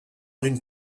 d’une